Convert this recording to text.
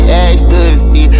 ecstasy